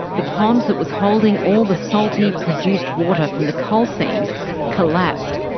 the pond that was holding all the salty, produced water from the coal seams collapsed,